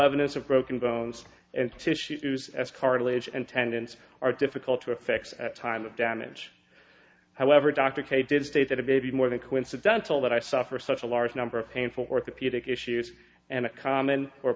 evidence of broken bones and tissues as cartilage and tendons are difficult to effect at time of damage however dr kay did say that a baby more than coincidental that i suffer such a large number of painful orthopedic issues and a common or